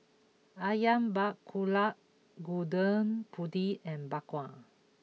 Ayam Buah Keluak Gudeg Putih and Bak Kwa